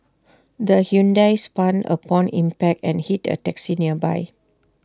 the Hyundai spun upon impact and hit A taxi nearby